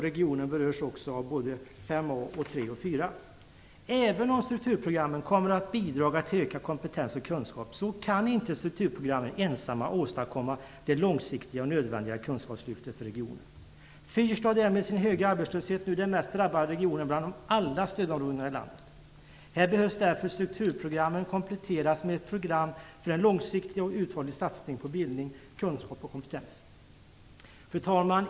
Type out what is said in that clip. Regionen berörs också av mål Även om strukturprogrammen kommer att bidra till ökad kompetens och kunskap, kan inte enbart strukturprogrammen åstadkomma det långsiktiga och nödvändiga kunskapslyftet för regionen. Fyrstad är med sin höga arbetslöshet nu den mest drabbade regionen bland alla stödområden i landet. Här behövs därför strukturprogrammen kompletteras med ett program för en långsiktig och uthållig satsning på bildning, kunskap och kompetens. Fru talman!